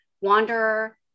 Wanderer